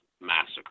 Massacre